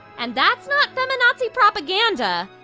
and that's not feminazi propaganda.